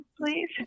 please